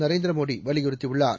நரேந்திர மோடி வலியுறுத்தியுள்ளார்